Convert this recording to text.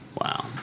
Wow